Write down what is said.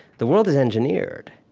the world is engineered.